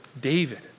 David